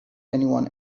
anyone